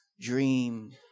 dream